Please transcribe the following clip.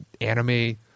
anime